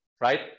Right